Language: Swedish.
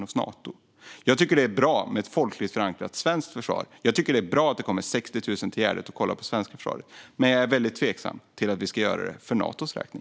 Jag tycker att det är bra med ett folkligt förankrat svenskt försvar. Jag tycker att det är bra att det kommer 60 000 personer till Gärdet och kollar på det svenska försvaret. Men jag är väldigt tveksam till att vi ska gör sådant här för Natos räkning.